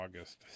august